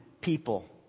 people